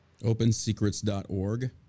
OpenSecrets.org